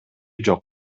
жок